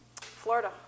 Florida